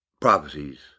prophecies